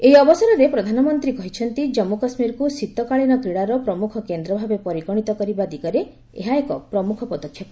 ଏହି ଅବସରରେ ପ୍ରଧାନମନ୍ତ୍ରୀ କହିଛନ୍ତି କାମ୍ମ୍ର କାଶ୍ମୀରକୁ ଶୀତକାଳୀନ କ୍ରିଡ଼ାର ପ୍ରମୁଖ କେନ୍ଦ୍ର ଭାବରେ ପରିଗଣିତ କରିବା ଦିଗରେ ଏହା ଏକ ପ୍ରମୁଖ ପଦକ୍ଷେପ